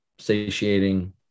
satiating